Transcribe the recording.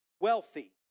wealthy